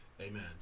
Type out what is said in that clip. Amen